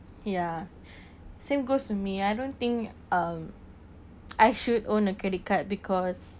ya same goes to me I don't think um I should own a credit card because